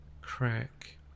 crack